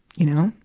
you know?